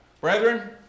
Brethren